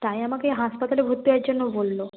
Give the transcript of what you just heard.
তাই আমাকে হাসপাতালে ভর্তি হওয়ার জন্য বলল